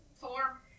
Four